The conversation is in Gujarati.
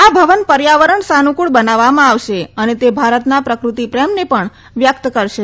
આ ભવન પર્યાવરણ સાનુકળ બનાવવામાં આવશે અને તે ભારતના પ્રફતિ પ્રેમને પણ વ્યકત કરશે